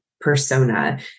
persona